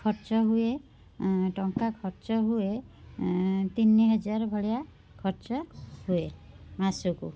ଖର୍ଚ୍ଚ ହୁଏ ଏଁ ଟଙ୍କା ଖର୍ଚ୍ଚ ହୁଏ ତିନିହଜାର ଭଳିଆ ଖର୍ଚ୍ଚ ହୁଏ ମାସକୁ